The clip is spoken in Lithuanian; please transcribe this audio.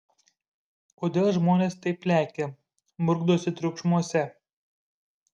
kodėl žmonės taip lekia murkdosi triukšmuose